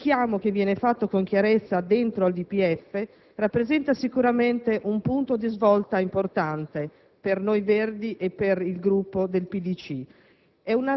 Il richiamo fatto con chiarezza dentro il DPEF rappresenta sicuramente un punto di svolta importante per noi Verdi e per i Comunisti